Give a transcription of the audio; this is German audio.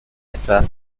etwa